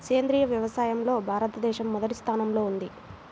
సేంద్రీయ వ్యవసాయంలో భారతదేశం మొదటి స్థానంలో ఉంది